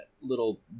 little